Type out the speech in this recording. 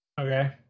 Okay